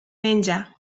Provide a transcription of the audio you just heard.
menja